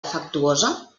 afectuosa